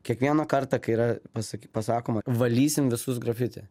kiekvieną kartą kai yra pasak pasakoma valysim visus grafiti